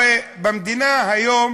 הרי במדינה היום